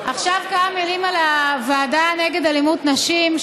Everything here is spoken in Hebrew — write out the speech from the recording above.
עכשיו כמה מילים על הוועדה נגד אלימות כלפי נשים,